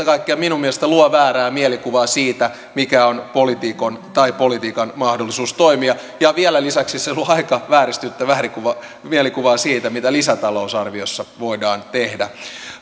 kaikkiaan luo väärää mielikuvaa siitä mikä on poliitikon tai politiikan mahdollisuus toimia ja vielä lisäksi se luo aika vääristynyttä mielikuvaa mielikuvaa siitä mitä lisätalousarviossa voidaan tehdä